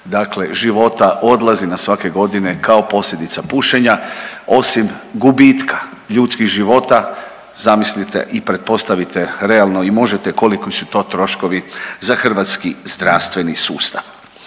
dakle života odlazi na svake godine kao posljedica pušenja. Osim gubitka ljudskih života, zamislite i pretpostavite realno i možete koliki su to troškovi za hrvatski zdravstveni sustav.